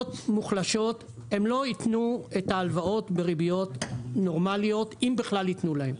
מוחלשות הם לא ייתנו את ההלוואות בריביות נורמליות אם בכלל ייתנו להם.